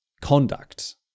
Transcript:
conduct